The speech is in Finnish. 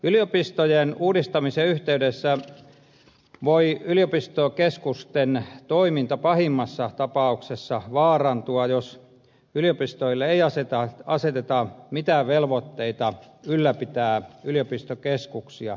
yliopistojen uudistamisen yhteydessä voi yliopistokeskusten toiminta pahimmassa tapauksessa vaarantua jos yliopistoille ei aseteta mitään velvoitteita ylläpitää yliopistokeskuksia